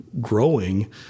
growing